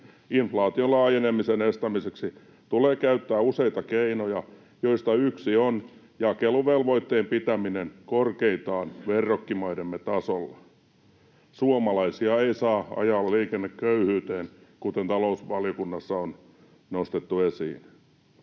Inflaation laajenemisen estämiseksi tulee käyttää useita keinoja, joista yksi on jakeluvelvoitteen pitäminen korkeintaan verrokkimaidemme tasolla. Suomalaisia ei saa ajaa liikenneköyhyyteen, kuten talousvaliokunnassa on nostettu esiin.